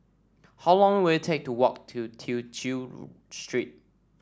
how long will it take to walk to Tew Chew Street